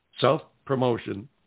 self-promotion